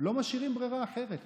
אבל אני אשמח ללבן את